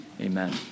amen